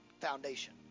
foundation